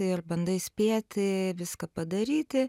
ir bandai spėti viską padaryti